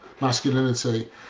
masculinity